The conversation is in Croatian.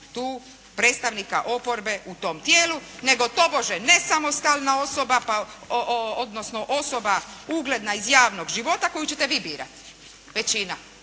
tu, predstavnika oporbe u tom tijelu, nego tobože nesamostalna osoba, odnosno, osoba ugledna iz javnog života koju ćete vi birati. Većina.